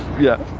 yeah.